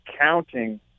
counting